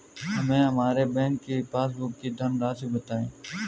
हमें हमारे बैंक की पासबुक की धन राशि बताइए